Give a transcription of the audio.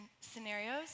scenarios